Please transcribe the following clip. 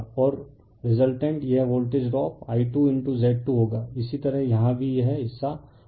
और रिजल्टेंट यह voltage drop I2 Z 2 होगा इसी तरह यहाँ भी यह हिस्सा I2I1 Z 1 होगा